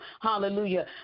hallelujah